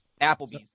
Applebee's